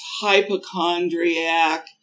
hypochondriac